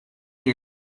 you